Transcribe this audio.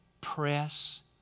press